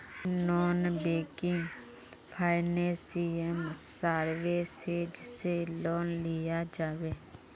Non banking financial services से loan लिया जाबे?